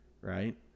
right